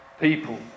people